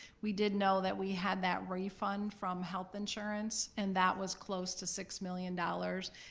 we did know that we had that refund from health insurance, and that was close to six million dollars.